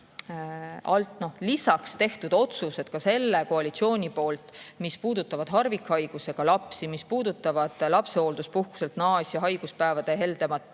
lisaks tehtud otsused, ka selle koalitsiooni poolt, mis puudutavad harvikhaigusega lapsi, mis puudutavad lapsehoolduspuhkuselt naasja hoolduspäevade heldemat